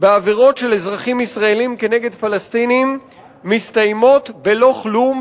בעבירות של אזרחים ישראלים נגד פלסטינים מסתיימות בלא-כלום,